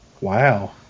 Wow